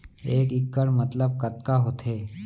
एक इक्कड़ मतलब कतका होथे?